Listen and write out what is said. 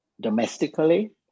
domestically